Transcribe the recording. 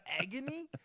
agony